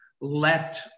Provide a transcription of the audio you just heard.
let